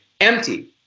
empty